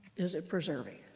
is it preserving?